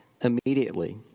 immediately